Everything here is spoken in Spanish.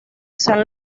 san